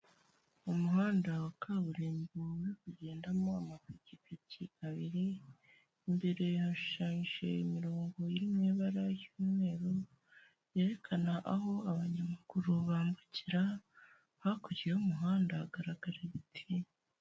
Umuhanda wa kaburimbo uri kugendamo amapikipiki abiri, imbere hashushanyije imirongo iri mu ibara ry'umweru, yerekana aho abanyamaguru bambukira. Hakurya y'umuhanda hagaragara igiti.